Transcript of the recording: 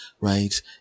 Right